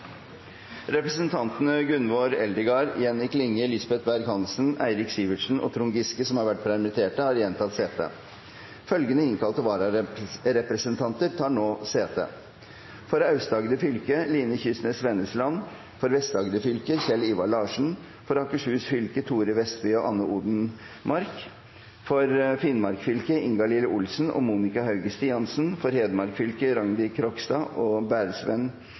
Representantene Gunvor Eldegard, Jenny Klinge, Lisbeth Berg-Hansen, Eirik Sivertsen ogTrond Giske, som har vært permittert, har igjen tatt sete. Følgende innkalte vararepresentanter tar nå sete: For Aust-Agder fylke: Line Kysnes Vennesland For Vest-Agder fylke: Kjell Ivar Larsen For Akershus fylke: Thore Vestby og Anne Odenmarck For Finnmark fylke: Ingalill Olsen og Monica Hauge Stiansen For Hedmark fylke: Rangdi Krogstad og